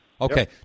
Okay